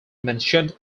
mentioned